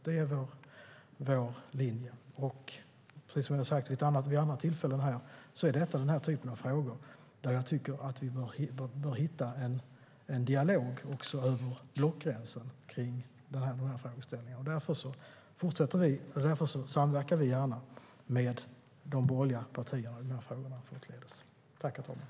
Det är vår linje. Som jag sagt vid ett annat tillfälle är den här typen av frågor sådana där jag tycker att vi bör hitta en dialog över blockgränsen. Därför samverkar vi gärna med de borgerliga partierna i de här frågorna framdeles.